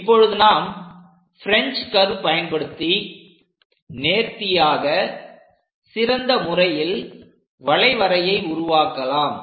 இப்பொழுது நாம் French curve பயன்படுத்தி நேர்த்தியாக சிறந்த முறையில் வளைவரையை உருவாக்கலாம்